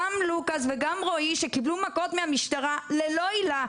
גם לוקס וגם רועי שקיבלו מכות מהמשטרה ללא עילה,